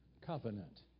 covenant